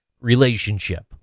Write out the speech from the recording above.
relationship